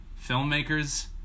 filmmakers